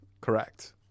correct